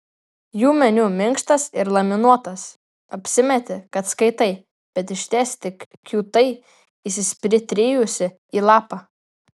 jų meniu minkštas ir laminuotas apsimeti kad skaitai bet išties tik kiūtai įsispitrijusi į lapą